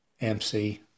MC